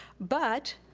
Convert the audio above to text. but,